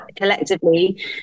collectively